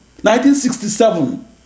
1967